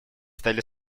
стали